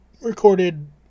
recorded